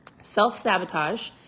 self-sabotage